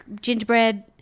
gingerbread